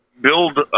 build